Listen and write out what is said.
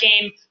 game